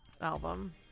album